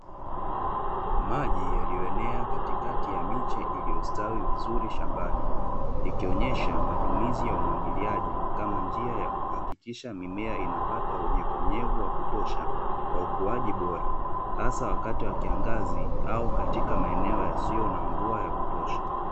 Maji yalionea katikati ya miche iliyostawi vizuri shambani, ikionyesha matumizi ya umwagiliaji kama njia ya kupata unyevunyevu wa kutosha, kwa ukuaji bora hasa wakati wa kiangazi au katika maeneo yasiyo na mvua ya kutosha.